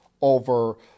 over